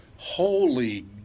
Holy